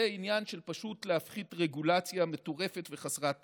זה פשוט עניין של להפחית רגולציה מטורפת וחסרת טעם.